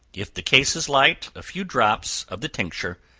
if the case is light, a few drops of the tincture,